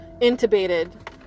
intubated